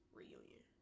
reunion